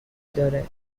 دارد